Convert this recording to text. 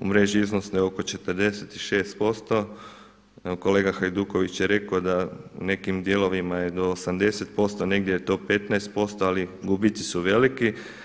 u mreži iznose oko 46%, kolega Hajduković je rekao da u nekim dijelovima je do 80% negdje je to 15% ali gubici su veliki.